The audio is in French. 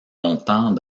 longtemps